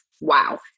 wow